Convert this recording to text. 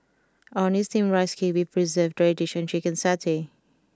Orh Nee Steamed Rice Cake with Preserved Radish and Chicken Satay